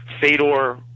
Fedor